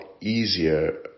easier